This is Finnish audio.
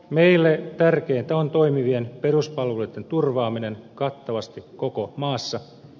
meille tärkeintä on toimivien peruspalveluitten turvaaminen kattavasti koko maassa